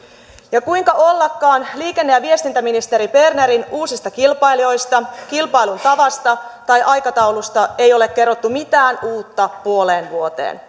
ja kuinka ollakaan liikenne ja viestintäministeri bernerin uusista kilpailijoista kilpailun tavasta tai aikataulusta ei ole kerrottu mitään uutta puoleen vuoteen